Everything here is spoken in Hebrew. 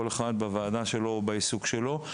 כל אחד בוועדה שלו ובעיסוק שלו.